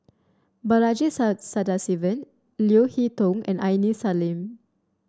Balaji Sadasivan Leo Hee Tong and Aini Salim